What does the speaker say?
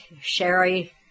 Sherry